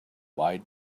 why